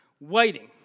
waiting